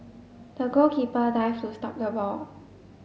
the goalkeeper dived to stop the ball